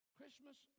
Christmas